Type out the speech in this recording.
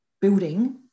building